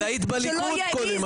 שלא יעזו -- את היית בליכוד קודם,